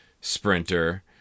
Sprinter